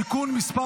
(תיקון מס'